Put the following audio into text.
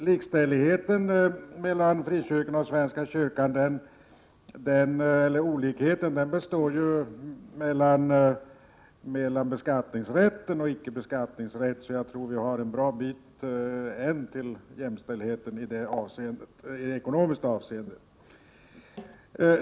Olikheten mellan svenska kyrkan och frikyrkorna ligger däri att den förra har beskattningsrätt men inte de senare. Vi har i det avseendet, vad beträffar ekonomin, ett långt stycke kvar till jämställdhet.